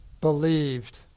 believed